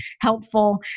helpful